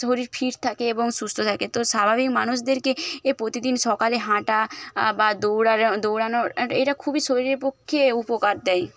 শরীর ফিট থাকে এবং সুস্থ থাকে তো স্বাভাবিক মানুষদেরকে প্রতিদিন সকালে হাঁটা বা দৌড়ানো দৌড়ানোর এটা খুবই শরীরের পক্ষে উপকার দেয়